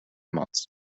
months